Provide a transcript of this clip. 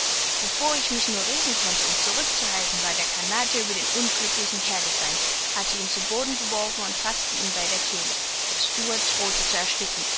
bevor ich mich nur regen konnte um zurückzuhalten war der canadier über den unglücklichen hergefallen hatte ihn zu boden geworfen und faßte ihn bei der kehle der steward drohte zu ersticken